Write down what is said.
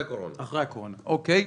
אוקי.